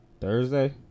Thursday